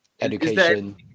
education